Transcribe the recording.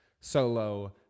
solo